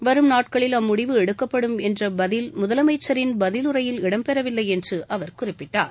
வரும் நாட்களில் அம்முடிவு எடுக்கப்படும் என்ற பதில் முதலமைச்சரின் பதிலுரையில் இடம்பெறவில்லை என்று அவர் குறிப்பிட்டார்